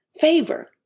favor